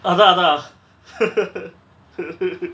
அதா அதா:atha atha